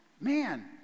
man